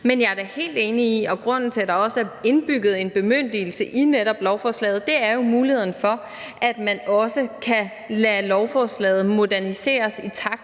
Men jeg er da helt enig i – og det er også grunden til, at der netop er indbygget en bemyndigelse i lovforslaget – at der skal være mulighed for, at man også kan lade lovforslaget moderniseres, i takt